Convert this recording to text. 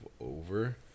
over